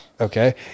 Okay